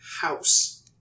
house